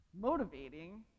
motivating